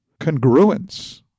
congruence